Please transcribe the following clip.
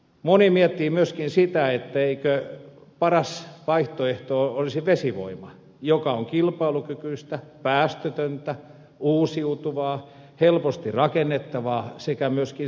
moni miettii myöskin sitä eikö paras vaihtoehto olisi vesivoima joka on kilpailukykyistä päästötöntä uusiutuvaa helposti rakennettavaa sekä myöskin säädettävää